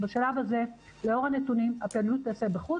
בשלב הזה, לאור הנתונים, הפעילות תיעשה בחוץ.